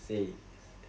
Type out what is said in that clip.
say yes dad